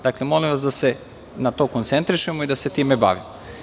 Dakle, molim vas da se na to koncentrišemo i da se time bavimo.